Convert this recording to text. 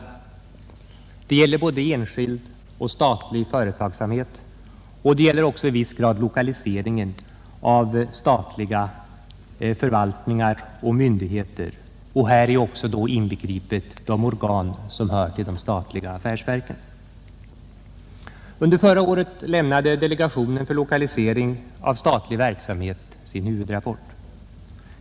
Detta gäller både enskild och statlig företagsamhet och även i viss grad lokaliseringen av statliga förvaltningar och myndigheter. Här är också inbegripna de organ som hör till de statliga affärsverken. Under förra året lämnade delegationen för lokalisering av statlig verksamhet sin huvudrapport.